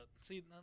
see